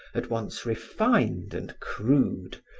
at once refined and crude,